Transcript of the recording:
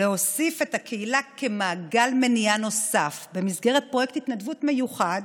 להוסיף את הקהילה כמעגל מניעה נוסף במסגרת פרויקט התנדבות מיוחד